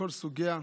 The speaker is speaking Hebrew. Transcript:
מכל סוגיה.